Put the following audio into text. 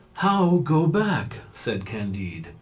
how go back? said candide,